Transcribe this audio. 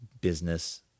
business